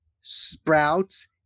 sprouts